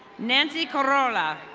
nancy corola.